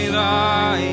thy